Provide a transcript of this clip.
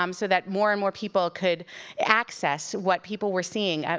um so that more and more people could access what people were seeing.